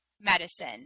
medicine